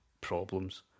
problems